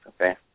okay